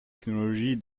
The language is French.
technologie